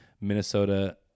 Minnesota